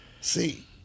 See